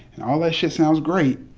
and all that shit sounds great.